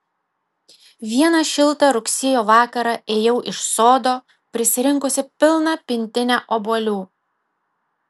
vieną šiltą rugsėjo vakarą ėjau iš sodo prisirinkusi pilną pintinę obuolių